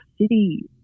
City